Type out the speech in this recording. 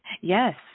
yes